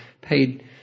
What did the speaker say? paid